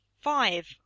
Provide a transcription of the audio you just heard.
five